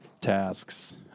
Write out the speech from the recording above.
tasks